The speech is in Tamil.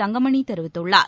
தங்கமணி தெரிவித்துள்ளார்